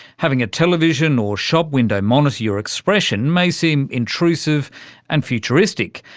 having a television or shop window monitor your expression may seem intrusive and futuristic,